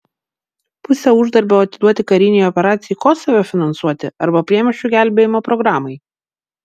pusę uždarbio atiduoti karinei operacijai kosove finansuoti arba priemiesčių gelbėjimo programai